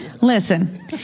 Listen